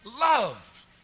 love